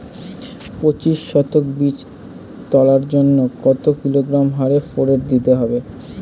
পঁচিশ শতক বীজ তলার জন্য কত কিলোগ্রাম হারে ফোরেট দিতে হবে?